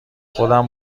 خودم